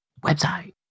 website